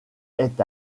est